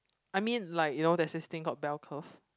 I mean like you know there's this thing called bell curve